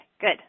good